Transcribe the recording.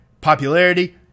popularity